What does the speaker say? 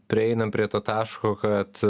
prieinam prie to taško kad